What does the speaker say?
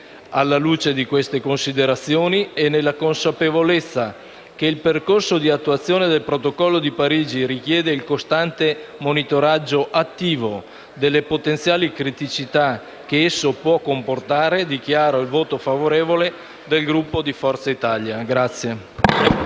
Alla luce di queste considerazioni e nella consapevolezza che il percorso di attuazione dell'Accordo di Parigi richiede il costante monitoraggio attivo delle potenziali criticità che esso può comportare, dichiaro il voto favorevole del Gruppo di Forza Italia.